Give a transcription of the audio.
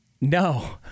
No